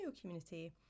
community